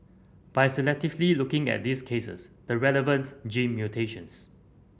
by selectively looking at these cases the relevant gene